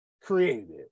created